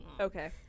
Okay